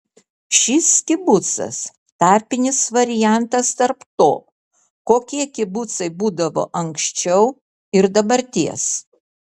šis kibucas tarpinis variantas tarp to kokie kibucai būdavo anksčiau ir dabarties